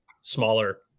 smaller